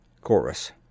Chorus